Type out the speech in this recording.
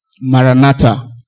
Maranatha